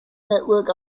network